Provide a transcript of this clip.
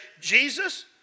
Jesus